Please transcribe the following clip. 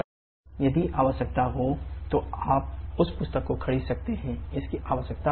यदि आवश्यक हो तो आप उस पुस्तक को खरीद सकते हैं इसकी आवश्यकता भी नहीं है